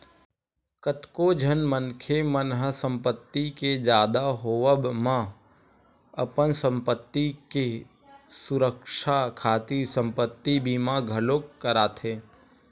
कतको झन मनखे मन ह संपत्ति के जादा होवब म अपन संपत्ति के सुरक्छा खातिर संपत्ति बीमा घलोक कराथे